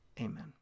Amen